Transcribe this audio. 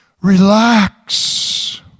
relax